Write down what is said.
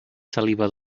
saliva